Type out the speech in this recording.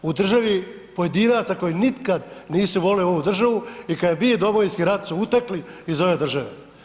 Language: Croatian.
U državi pojedinaca koji nikad nisu voljeli ovu državu i kad je bio Domovinski rat su utekli iz ove države.